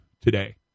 today